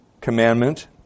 commandment